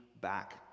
back